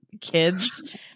kids